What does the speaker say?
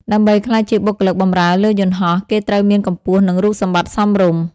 ដើម្បីក្លាយជាបុគ្គលិកបម្រើលើយន្តហោះ គេត្រូវមានកម្ពស់និងរូបសម្បត្តិសមរម្យ។